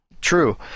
True